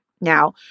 Now